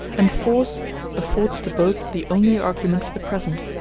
and force affords to both the only argument for the present,